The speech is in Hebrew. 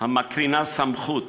המקרינה סמכות